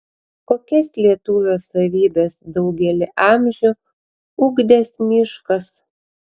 kokias lietuvio savybes daugelį amžių ugdęs miškas